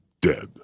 Dead